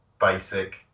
basic